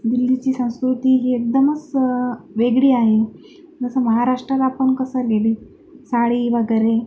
दिल्लीची संस्कृती ही एकदमच वेगळी आहे जसं महाराष्ट्राला आपण कसं डेली साडी वगैरे